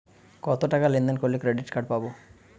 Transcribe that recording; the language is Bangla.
কতটাকা লেনদেন করলে ক্রেডিট কার্ড পাব?